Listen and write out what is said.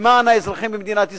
למען האזרחים במדינת ישראל,